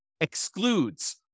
excludes